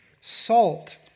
Salt